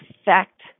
effect